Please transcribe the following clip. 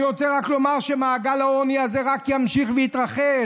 אני רוצה רק לומר שמעגל העוני הזה רק ימשיך להתרחב,